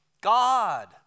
God